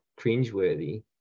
cringeworthy